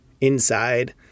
inside